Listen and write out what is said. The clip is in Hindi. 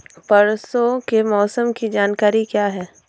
परसों के मौसम की जानकारी क्या है?